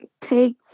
take